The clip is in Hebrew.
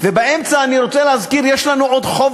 ובאמצע אני רוצה להזכיר: יש לנו עוד חוב